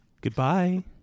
Goodbye